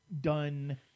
done